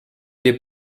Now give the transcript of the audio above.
des